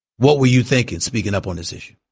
what were you thinking speaking up on this issue